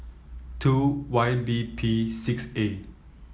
two Y B P six A